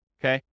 okay